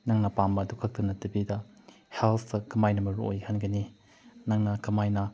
ꯅꯪꯅ ꯄꯥꯝꯕ ꯑꯗꯨꯈꯛꯇ ꯅꯠꯇꯕꯤꯗ ꯍꯦꯜꯊꯇ ꯀꯃꯥꯏꯅ ꯃꯔꯨ ꯑꯣꯏꯍꯟꯒꯅꯤ ꯅꯪꯅ ꯀꯃꯥꯏꯅ